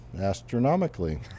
astronomically